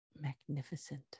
magnificent